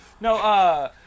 No